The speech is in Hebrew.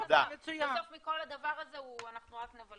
בסוף מכל הדבר הזה אנחנו רק נבלבל.